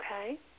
okay